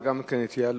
זה גם כן התייעלות,